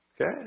Okay